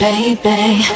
Baby